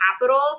capital